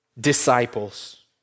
disciples